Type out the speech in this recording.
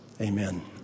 amen